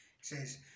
says